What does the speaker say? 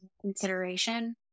consideration